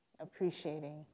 appreciating